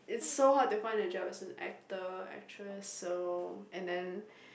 is so hard to find a job as an actor actress so and then